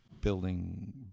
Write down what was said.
building